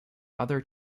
other